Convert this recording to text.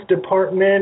department